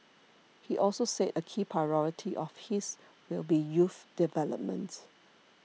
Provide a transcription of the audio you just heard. he also said a key priority of his will be youth development